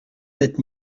sept